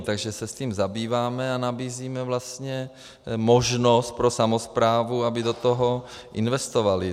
Takže se tím zabýváme a nabízíme vlastně možnost pro samosprávu, aby do toho investovala.